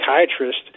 psychiatrist